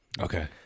Okay